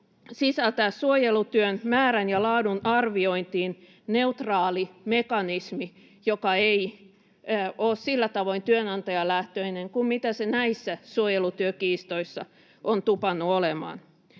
sisältää suojelutyön määrän ja laadun arviointiin neutraali mekanismi, joka ei ole sillä tavoin työnantajalähtöinen kuin mitä se näissä suojelutyökiistoissa on tupannut olemaan.